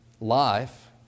life